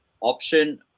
option